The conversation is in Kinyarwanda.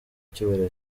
cyubahiro